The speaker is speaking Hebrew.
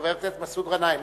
חבר הכנסת מסעוד גנאים,